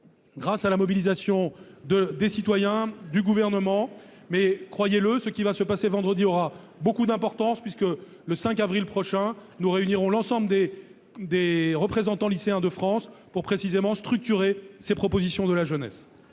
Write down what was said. grâce à la mobilisation des citoyens et du Gouvernement. Ce qui va se passer vendredi aura beaucoup d'importance. Sachez que, le 5 avril prochain, nous réunirons l'ensemble des représentants lycéens de France pour, précisément, structurer les propositions émanant de la jeunesse.